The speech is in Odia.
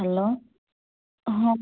ହ୍ୟାଲୋ ହଁ